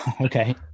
Okay